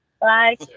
Bye